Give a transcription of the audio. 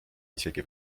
isegi